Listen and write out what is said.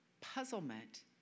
puzzlement